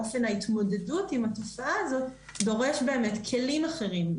ואופן ההתמודדות עם התופעה הזאת דורש באמת כלים אחרים,